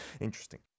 Interesting